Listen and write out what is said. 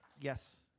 Yes